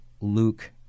Luke